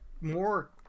more